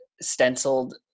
stenciled